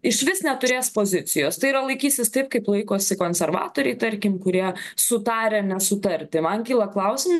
išvis neturės pozicijos tai yra laikysis taip kaip laikosi konservatoriai tarkim kurie sutarę nesutarti man kyla klausimų